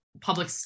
public